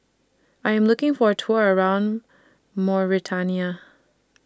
I Am looking For A Tour around Mauritania